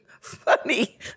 funny